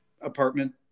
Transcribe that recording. apartment